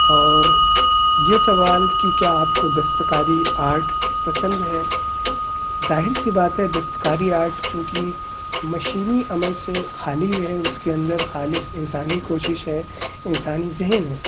اور یہ سوال کہ کیا آپ کو دستکاری آرٹ پسند ہے ظاہر سی بات ہے دستکاری آرٹ کیونکہ مشینی عمل سے خالی ہے اس کے اندر خالص انسانی کوشش ہے انسانی ذہن ہے